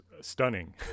stunning